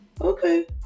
okay